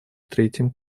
третьим